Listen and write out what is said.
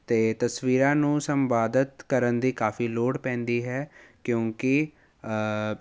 ਅਤੇ ਤਸਵੀਰਾਂ ਨੂੰ ਸੰਪਾਦਿਤ ਕਰਨ ਦੀ ਕਾਫੀ ਲੋੜ ਪੈਂਦੀ ਹੈ ਕਿਉਂਕਿ